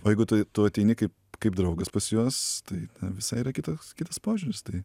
o jeigu tu tu ateini kaip kaip draugas pas juos tai visai yra kitoks kitas požiūris tai